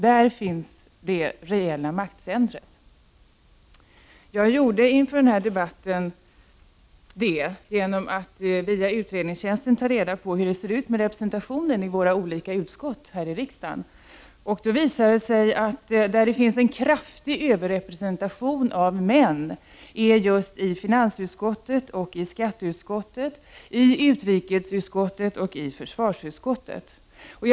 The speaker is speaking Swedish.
Där finns det reella maktcentret.” Inför denna debatt tog jag via utredningstjänsten reda på hur det ser ut med representationen i våra olika utskott här i riksdagen. Det visade sig att det är just i finansutskottet, skatteutskottet, utrikesutskottet och försvarsutskottet som det är en kraftig överrepresentation av män.